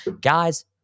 Guys